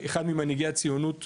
אחד ממנהיגי הציונות אמר,